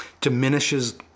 diminishes